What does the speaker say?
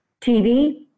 TV